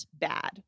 bad